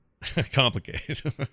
complicated